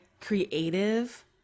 creative